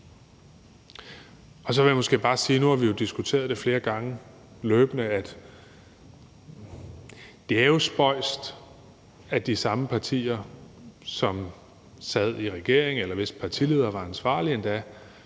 nu har vi jo diskuteret det flere gange løbende – at det jo er spøjst, at de samme partier, som sad i regering, eller hvis partileder endda var ansvarlig for at